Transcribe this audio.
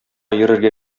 йөрергә